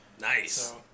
Nice